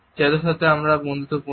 যাদের সাথে আমরা বন্ধুত্বপূর্ণ